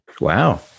Wow